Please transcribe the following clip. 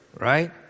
Right